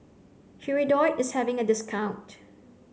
Hirudoid is having a discount